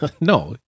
No